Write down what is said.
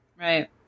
right